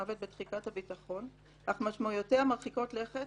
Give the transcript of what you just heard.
מוות בתחיקת הביטחון אך משמעויותיה מרחיקות לכת,